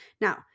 Now